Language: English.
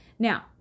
Now